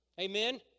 Amen